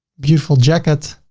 beautiful jacket,